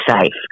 safe